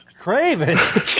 Craven